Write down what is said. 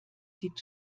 sieht